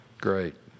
Great